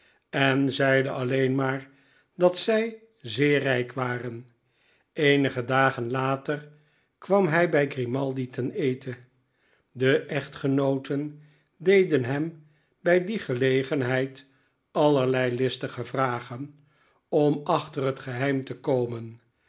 en zeide alleen maar dat zij zeer rijk waren eenige dagen later kwam hij bij grimaldi ten eten de echtgenooten deden hem bij die gelegenheid allerlei listige vragen om achter het geheim te komen